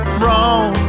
wrong